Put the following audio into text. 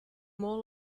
all